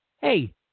Hey